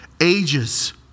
ages